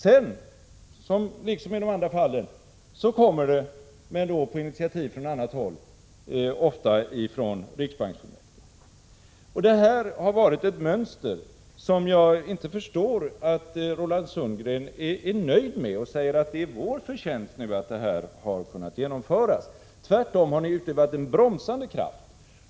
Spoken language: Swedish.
Sedan kommer förslaget, liksom i de andra fallen, men då på initiativ från annat håll, ofta från riksbanksfullmäktige. Detta innebär ett mönster, och jag förstår inte att Roland Sundgren är nöjd med det och säger att ”det är vår förtjänst” att det här har kunnat genomföras. Tvärtom har ni utövat en bromsande kraft.